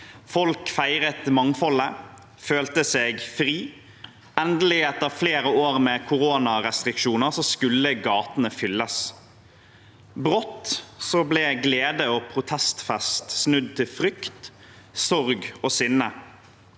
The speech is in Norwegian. Folk feiret mangfoldet, følte seg fri. Endelig, etter flere år med koronarestriksjoner, skulle gatene fylles. Brått ble glede og protestfest snudd til frykt, sorg og sinne.